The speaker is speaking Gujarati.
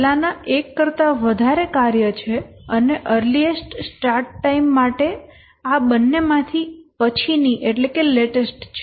પહેલાનાં એક કરતા વધારે કાર્ય છે અને અર્લીએસ્ટ સ્ટાર્ટ ટાઈમ માટે આ બંને માંથી પછીની લેટેસ્ટ છે